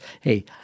Hey